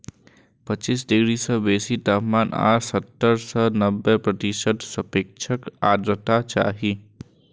पच्चीस डिग्री सं बेसी तापमान आ सत्तर सं नब्बे प्रतिशत सापेक्ष आर्द्रता चाही